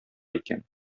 икән